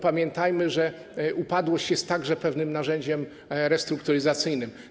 Pamiętajmy, że upadłość jest także pewnym narzędziem restrukturyzacyjnym.